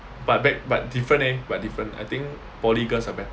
but back but different leh but different I think poly girls are better